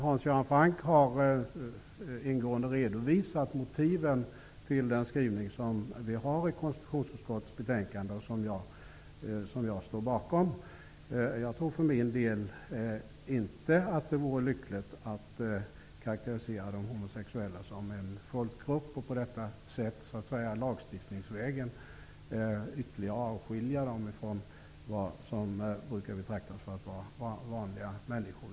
Hans Göran Franck har ingående redovisat motiven till den skrivning som vi har i konstitutionsutskottets betänkande och som jag står bakom. Jag tror för min del inte att det vore lyckligt att karakterisera de homosexuella som en folkgrupp och på detta sätt lagstiftningsvägen ytterligare avskilja dem från vad som brukar betraktas som vanliga människor.